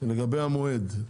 לגבי המועד,